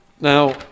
Now